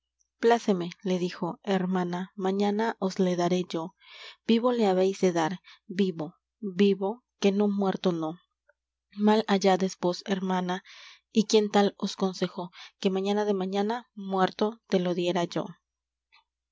pláceme le dijo hermana mañana os le daré yo vivo le habéis de dar vivo vivo que no muerto no mal háyades vos hermana y quien tal os consejó que mañana de mañana muerto te lo diera yo